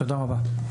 תודה רבה.